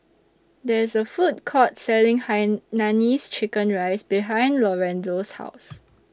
There IS A Food Court Selling Hainanese Chicken Rice behind Lorenzo's House